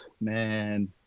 man